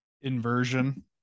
inversion